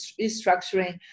restructuring